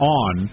on